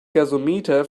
gasometer